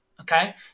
Okay